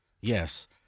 Yes